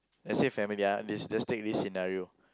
let's say family ah this this let's take this scenario